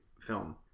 film